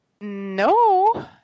No